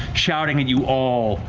shouting at you all,